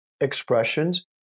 expressions